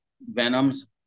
venoms